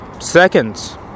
seconds